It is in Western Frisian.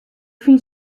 fyn